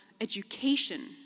education